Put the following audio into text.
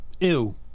Ew